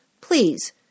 Please